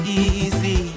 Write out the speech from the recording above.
easy